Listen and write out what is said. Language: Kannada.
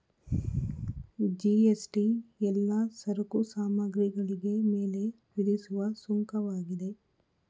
ಜಿ.ಎಸ್.ಟಿ ಎಲ್ಲಾ ಸರಕು ಸಾಮಗ್ರಿಗಳಿಗೆ ಮೇಲೆ ವಿಧಿಸುವ ಸುಂಕವಾಗಿದೆ